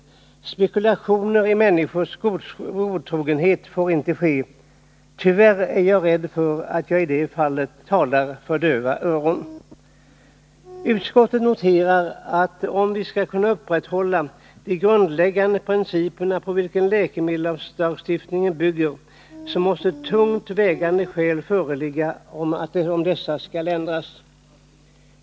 Spekulationer i människors godtrogenhet får inte ske. Tyvärr är jag rädd för att jag i det fallet talar för döva öron. Utskottet noterar att om vi skall kunna upprätthålla de grundläggande principer på vilka läkemedelslagstiftningen bygger så måste tungt vägande skäl föreligga om dessa skall ändras.